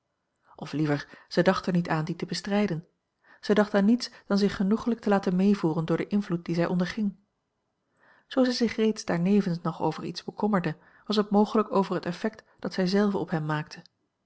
of liever zij dacht er niet a l g bosboom-toussaint langs een omweg aan die te bestrijden zij dacht aan niets dan zich genoeglijk te laten meevoeren door den invloed dien zij onderging zoo zij zich daarnevens nog over iets bekommerde was het mogelijk over het effect dat zij zelve op hem maakte